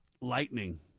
Lightning